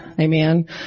Amen